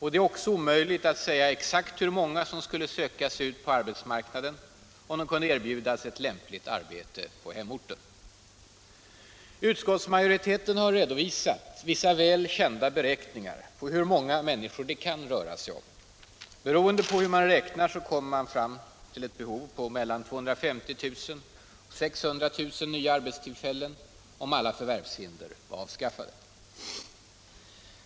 Det är också omöjligt att säga exakt hur många som skulle söka sig ut på arbetsmarknaden om Samordnad de kunde erbjudas lämpligt arbete på hemorten. sysselsättnings och Utskottsmajoriteten har redovisat vissa väl kända beräkningar på hur = regionalpolitik många människor det kan röra sig om. Beroende på hur man räknar kommer man fram till ett behov på mellan 250 000 och 600 000 nya arbetstillfällen om alla förvärvshinder vore avskaffade.